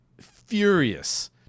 furious